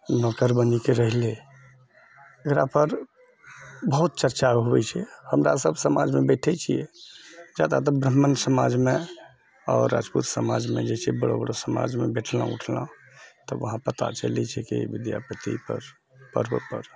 नौकर बनीके रहलए एकरा पर बहुत चर्चा होबए छै हमरा सब समाजमे बैठए छिऐ जादातर ब्राह्मण समाजमे आओर राजपूत समाजमे जे छै जे बड़ो बड़ो समाजमे बैठलहुँ उठलहुँ तऽ वहाँ पता चलैत छै कि विद्यापति पर्व पर्व पर